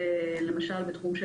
למשל בתחום של